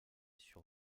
sur